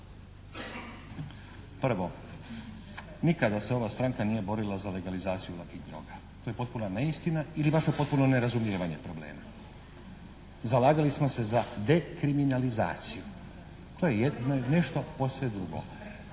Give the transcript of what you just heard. Prvo, nikada se ova stranka nije borila za legalizaciju lakih droga. To je potpuna neistina ili vaše potpuno nerazumijevanje problema. Zalagali smo se za dekriminalizaciju. To je jedno, nešto posve drugo.